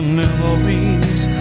memories